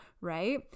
right